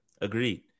agreed